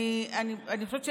אני חושבת,